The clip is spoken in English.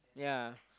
yeah